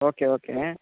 okay okay